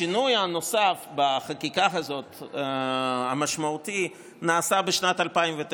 השינוי המשמעותי הנוסף בחקיקה הזאת נעשה בשנת 2009,